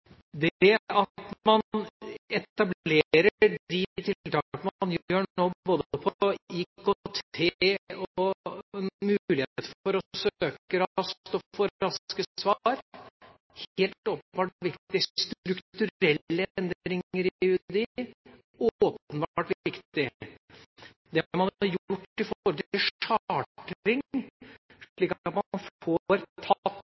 at man etablerer de tiltakene man gjør nå både på IKT og med mulighet for å søke raskt og få raske svar, er helt åpenbart viktig. Strukturelle endringer i UDI – åpenbart viktig. Det man har gjort